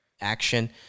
action